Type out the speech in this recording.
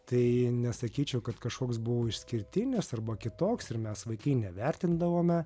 tai nesakyčiau kad kažkoks buvo išskirtinis arba kitoks ir mes vaikai nevertindavome